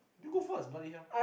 you go first bloody hell